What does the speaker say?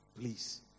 please